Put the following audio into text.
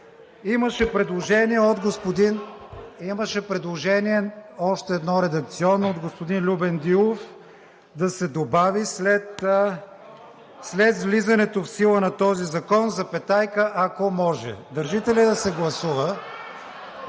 предложение от господин Любен Дилов да се добави: „след влизането в сила на този закон запетайка – ако може“. Държите ли да се гласува?